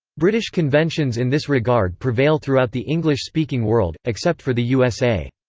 british conventions in this regard prevail throughout the english-speaking world, except for the usa.